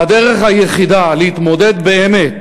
והדרך היחידה להתמודד באמת